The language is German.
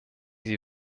sie